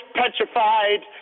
petrified